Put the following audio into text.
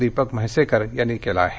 दीपक म्हैसेकर यांनी केल आहे